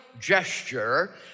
gesture